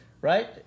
right